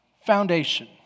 foundation